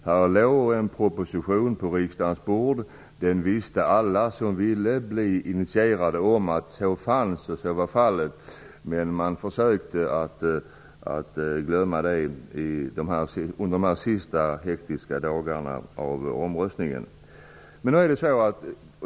Det låg en proposition på riksdagens bord vilken alla som ville bli initierade kunde ha studerat, men man glömde medvetet bort detta under de sista hektiska dagarna före omröstningen.